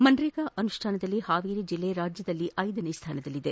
ಮಕ್ರೇಗಾ ಅನುಷ್ಠಾನದಲ್ಲಿ ಹಾವೇರಿ ಜಿಲ್ಲೆ ರಾಜ್ಯದಲ್ಲೇ ಐದನೇ ಸ್ಥಾನದಲ್ಲಿದೆ